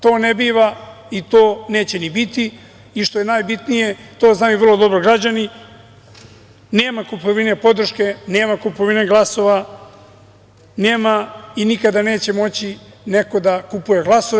To ne biva i to neće ni biti i što je najbitnije to znaju vrlo dobro građani nema kupovine podrške, nema kupovine glasova, nema i nikada neće moći neko da kupuje glasove.